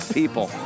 people